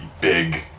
big